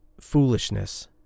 foolishness